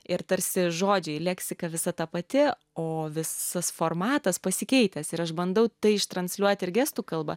ir tarsi žodžiai leksika visa ta pati o visas formatas pasikeitęs ir aš bandau tai ištransliuoti ir gestų kalba